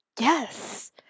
Yes